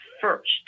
first